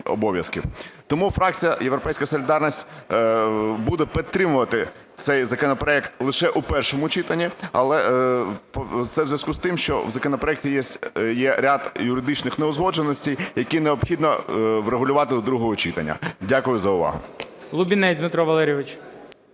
Тому фракція "Європейська солідарність" буде підтримувати цей законопроект лише у першому читанні. Це у зв'язку з тим, що в законопроекті є ряд юридичних неузгодженостей, які необхідно врегулювати до другого читання. Дякую за увагу.